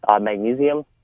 Magnesium